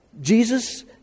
Jesus